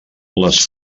les